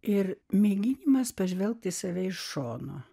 ir mėginimas pažvelgti į save iš šono